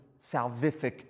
salvific